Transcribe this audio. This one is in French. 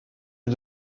est